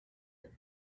the